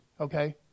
okay